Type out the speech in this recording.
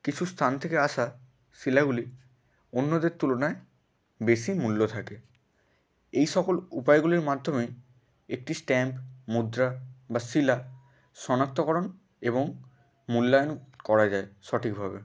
কিছু স্থান থেকে আসা শিলাগুলি অন্যদের তুলনায় বেশি মূল্য থাকে এই সকল উপায়গুলির মাধ্যমেই একটি স্ট্যাম্প মুদ্রা বা শিলা শনাক্তকরণ এবং মূল্যায়ন করা যায় সটিকভাবে